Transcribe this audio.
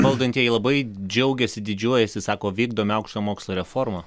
valdantieji labai džiaugiasi didžiuojasi sako vykdome aukštojo mokslo reformą